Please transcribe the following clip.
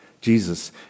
Jesus